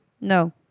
No